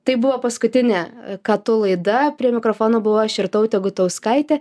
tai buvo paskutinė ką tu laida prie mikrofono buvau aš irtautė gutauskaitė